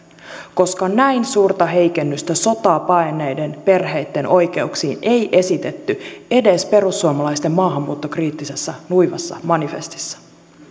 koska näin suurta heikennystä sotaa paenneiden perheitten oikeuksiin ei esitetty edes perussuomalaisten maahanmuuttokriittisessä nuivassa manifestissa